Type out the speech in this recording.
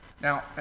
Now